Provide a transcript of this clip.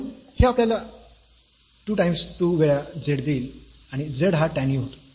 म्हणून हे आपल्याला 2 वेळा z देईल आणि z हा tan u होता